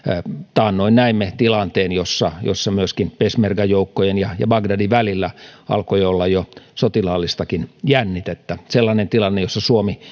taannoin näimme tilanteen jossa jossa myöskin peshmerga joukkojen ja ja bagdadin välillä alkoi olla jo sotilaallistakin jännitettä sellainen tilanne jossa suomi